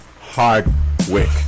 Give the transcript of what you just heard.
Hardwick